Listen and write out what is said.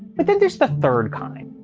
but then there's the third kind.